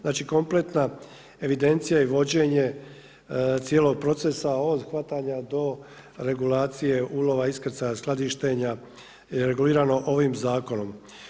Znači kompletna evidencija i vođenje cijelog procesa od hvatanja do regulacije ulova, iskrcaja, skladištenja je regulirano ovim zakonom.